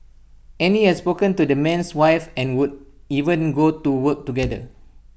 Annie had spoken to the man's wife and would even go to work together